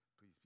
Please